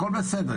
הכול בסדר.